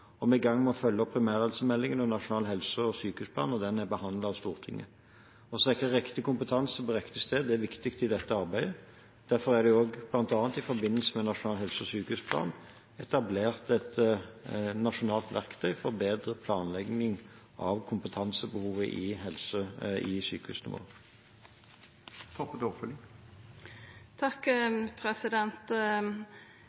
Vi er i gang med å følge opp primærhelsemeldingen og Nasjonal helse- og sykehusplan når den er behandlet av Stortinget. Å sikre riktig kompetanse på riktig sted er viktig i dette arbeidet. Derfor er det også bl.a. i forbindelse med Nasjonal helse- og sykehusplan etablert et nasjonalt verktøy for bedre planlegging av kompetansebehovet i sykehusene våre.